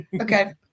Okay